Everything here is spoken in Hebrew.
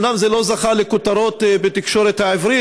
אומנם זה לא זכה לכותרות בתקשורת העברית,